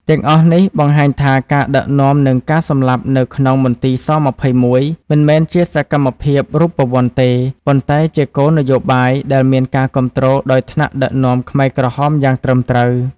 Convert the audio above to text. ទាំងអស់នេះបង្ហាញថាការដឹកនាំនិងការសម្លាប់នៅក្នុងមន្ទីរស-២១ មិនមែនជាសកម្មភាពរូបវន្តទេ ប៉ុន្តែជាគោលនយោបាយដែលមានការគាំទ្រដោយថ្នាក់ដឹកនាំខ្មែរក្រហមយ៉ាងត្រឹមត្រូវ។